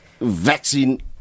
Vaccine